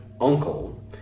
uncle